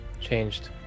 changed